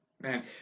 man